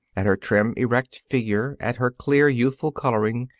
at her trim, erect figure, at her clear youthful coloring,